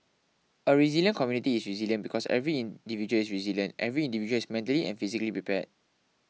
a resilient community is resilient because every individual is resilient every individual is mentally and physically prepared